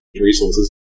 resources